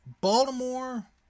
Baltimore